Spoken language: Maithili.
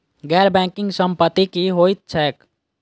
गैर बैंकिंग संपति की होइत छैक?